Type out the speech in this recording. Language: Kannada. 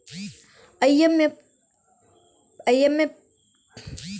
ಐ.ಎಮ್.ಪಿ.ಎಸ್ ಖಾತೆಯಿಂದ ಹಣವನ್ನು ಸುಲಭವಾಗಿ ವರ್ಗಾಯಿಸುವುದು ಹೇಗೆ ಎಂದು ಚರ್ಚಿಸುತ್ತದೆ